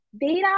data